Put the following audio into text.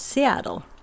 Seattle